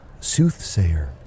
soothsayer